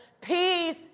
peace